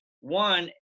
One